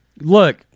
Look